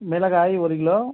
மிளகாய் ஒரு கிலோ